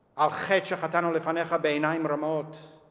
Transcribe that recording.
al chet she'chatanu lefanecha be'einayim ramot